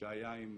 שהיה עם